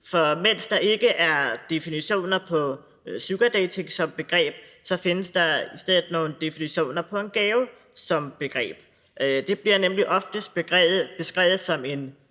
for mens der ikke er definitioner på sugardating som begreb, findes der definitioner på gave som begreb. Det bliver nemlig oftest beskrevet som en